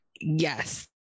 Yes